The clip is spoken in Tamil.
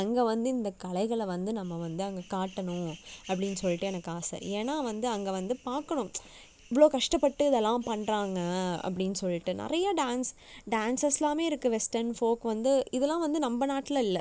அங்கே வந்து இந்த கலைகளை வந்து நம்ம வந்து அங்கே காட்டணும் அப்படின்னு சொல்லிட்டு எனக்கு ஆசை ஏன்னால் வந்து அங்கே வந்து பார்க்கணும் இவ்வளோ கஷ்டப்பட்டு இதெல்லாம் பண்ணுறாங்க அப்படின்னு சொல்லிட்டு நிறையா டான்ஸ் டான்ஸஸ்லாமே இருக்குது வெஸ்டர்ன் ஃபோக் வந்து இதெலாம் வந்து நம்ம நாட்டில் இல்லை